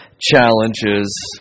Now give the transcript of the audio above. challenges